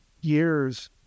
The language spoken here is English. years